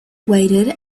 waited